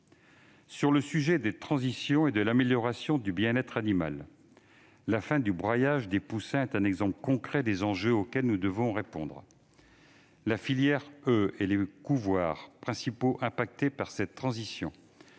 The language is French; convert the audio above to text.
qui concerne les transitions et l'amélioration du bien-être animal, la fin du broyage des poussins est un exemple concret des enjeux auxquels nous devons répondre. La filière oeufs et les couvoirs, principaux impactés par cette transition,